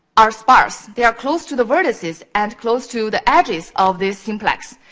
are sparse. they are close to the vertices and close to the edges of this simplex.